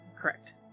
Correct